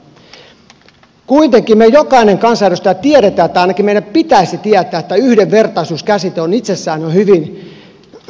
kuitenkin me jokainen kansanedustaja tiedämme tai ainakin meidän pitäisi tietää että yhdenvertaisuus käsite on itsessään jo hyvin ongelmallinen